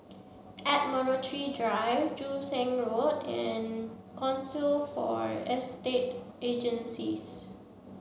Admiralty Drive Joo Seng Road and Council for Estate Agencies